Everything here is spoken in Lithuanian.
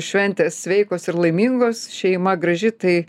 šventės sveikos ir laimingos šeima graži tai